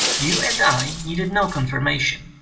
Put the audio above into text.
you and i needed no confirmation,